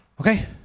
Okay